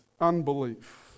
unbelief